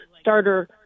starter